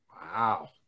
Wow